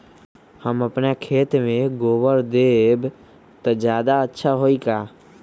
हम अपना खेत में गोबर देब त ज्यादा अच्छा होई का?